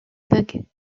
bug